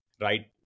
right